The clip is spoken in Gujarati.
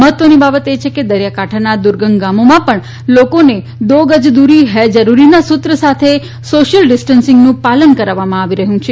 મહત્વની બાબત એ છે કે દરિયા કાંઠાના આ દુર્ગમ ગામોમાં પણ લોકોને દો ગજ દુરી હે જરૂરી ના સુત્ર સાથે સોશિયલ ડીસટન્સીંગનું પાલન કરાવવામાં આવી રહ્યું છે